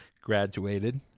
Graduated